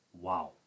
wow